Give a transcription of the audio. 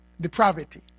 depravity